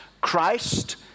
Christ